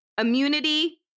immunity